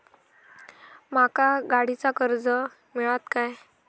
माका गाडीचा कर्ज मिळात काय?